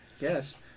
Yes